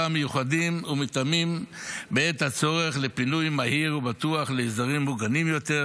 מיוחדים ומותאמים בעת הצורך לפינוי מהיר ובטוח לאזורים מוגנים יותר,